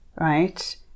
right